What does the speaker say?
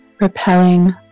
repelling